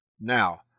Now